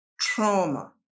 trauma